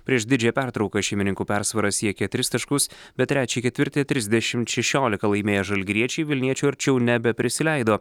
prieš didžiąją pertrauką šeimininkų persvara siekė tris taškus bet trečią ketvirtį trisdešimt šešiolika laimėję žalgiriečiai vilniečių arčiau nebeprisileido